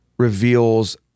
Reveals